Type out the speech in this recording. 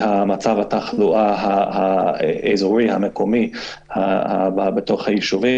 מצב התחלואה האזורי המקומי בישובים.